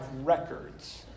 records